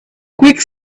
quick